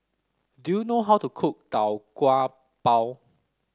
do you know how to cook Tau Kwa Pau